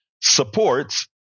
supports